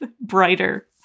brighter